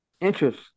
interest